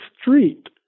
street